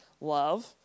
love